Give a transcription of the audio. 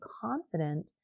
confident